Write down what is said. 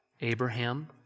Abraham